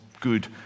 good